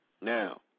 Now